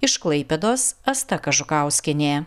iš klaipėdos asta kažukauskienė